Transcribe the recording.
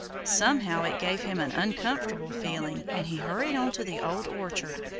somehow it gave him an uncomfortable feeling and he hurried on to the old orchard,